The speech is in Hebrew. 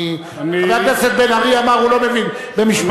חבר הכנסת בן-ארי אמר שהוא לא מבין במשפטים.